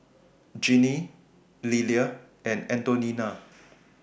Jeannie Lillia and Antonina